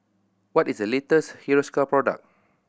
what is the latest Hiruscar product